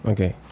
Okay